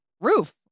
roof